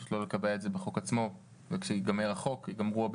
פשוט להאריך את זה בחוק עצמו וכשיגמר החוק ייגמרו גם